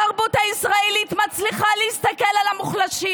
התרבות הישראלית מצליחה להסתכל על המוחלשים.